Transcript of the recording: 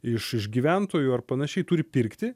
iš iš gyventojų ar panašiai turi pirkti